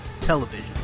television